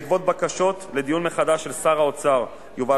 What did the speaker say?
בעקבות בקשות לדיון מחדש של שר האוצר יובל